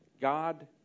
God